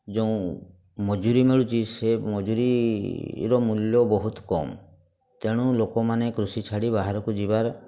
ଯେଉଁ ମଜୁରି ମିଳୁଛି ସେ ମଜୁରିର ମୂଲ୍ୟ ବହୁତ କମ୍ ତେଣୁ ଲୋକମାନେ କୃଷି ଛାଡ଼ି ବାହାରକୁ ଯିବା